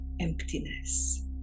emptiness